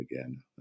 again